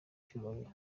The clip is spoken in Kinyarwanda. cyubahiro